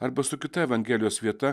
arba su kita evangelijos vieta